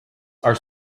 are